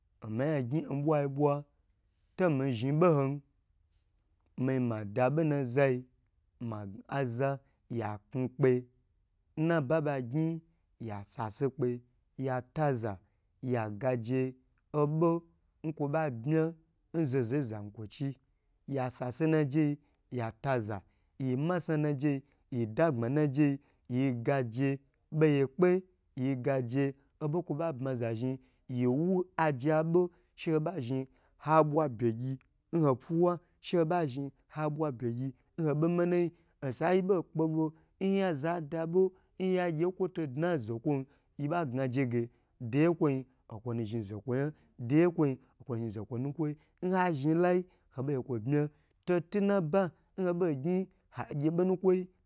Omi yan nbwa yi bwa tomi zhn boha mi ma dabo nazayi agna aza ya ku kpe n nabagyi ya sase kpe ya taza ya gaje obo nkwo ba bma nzozo yi nzankwochi ya sase najei ya taza yi masna najei yedagbma najei ye gaje boye kpe-ye gaje obokwoba bma za zhn yiwo aje abo she hoba zhn ha bwa bye gyi nho fuwa she ho ba zhn ha bwa be gyi nho bomanayi osayibo kpebo nyaza dabo nyagye nkwo to dna zokwon yiba ga je ge deye kwo ye nwonu zhn zo kwo ya deye kwoyi nkwo nha zhn lai ho ba gye kwo bma to gyn bo nukwoyi